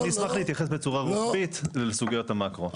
אני אשמח להתייחס בצורה רוחבית לסוגיית המאקרו.